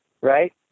right